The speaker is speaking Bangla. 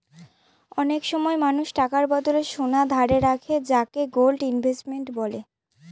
অনেক সময় মানুষ টাকার বদলে সোনা ধারে রাখে যাকে গোল্ড ইনভেস্টমেন্ট বলে